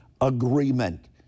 agreement